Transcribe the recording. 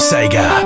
Sega